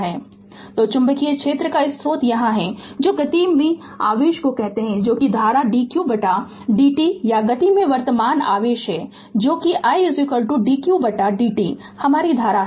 Refer Slide Time 0852 तो चुंबकीय क्षेत्र का स्रोत यहाँ है जो गति में आवेश को कहते हैं जो कि धारा dq बटा dt या गति में वर्तमान आवेश है जो कि i dq बटा dt हमारी धारा है